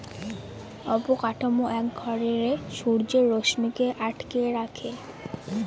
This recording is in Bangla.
অবকাঠামো এক ঘরে সূর্যের রশ্মিকে আটকে রাখে